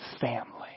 family